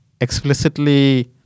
explicitly